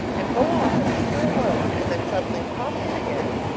and go off and leave her alone and then suddenly pop in again,